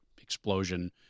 explosion